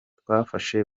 twafashe